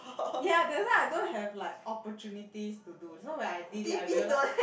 yea that's why I don't have like opportunities to do so when I did it I realise